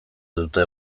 dute